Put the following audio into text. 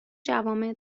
جوامع